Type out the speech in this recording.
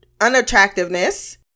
unattractiveness